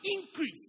increase